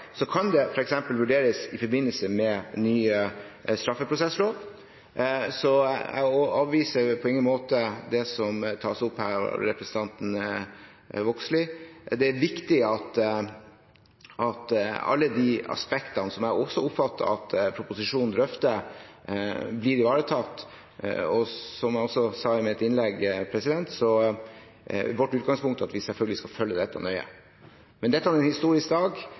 kan det f.eks. vurderes i forbindelse med ny straffeprosesslov. Jeg avviser på ingen måte det som tas opp av representanten Vågslid. Det er viktig at alle de aspektene, som jeg også oppfatter at proposisjonen drøfter, blir ivaretatt. Og som jeg også sa i mitt innlegg, er vårt utgangspunkt at vi selvfølgelig skal følge dette nøye. Men dette er en historisk dag,